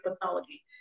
pathology